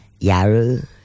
Yaru